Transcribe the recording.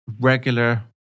regular